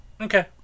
okay